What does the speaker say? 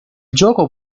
gioco